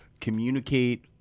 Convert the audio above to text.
communicate